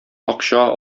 акча